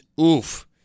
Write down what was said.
oof